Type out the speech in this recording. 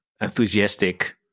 enthusiastic